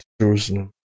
jerusalem